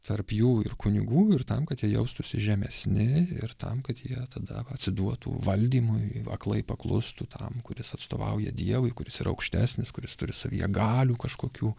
tarp jų ir kunigų ir tam kad jie jaustųsi žemesni ir tam kad jie tada atsiduotų valdymui aklai paklustų tam kuris atstovauja dievui kuris yra aukštesnis kuris turi savyje galių kažkokių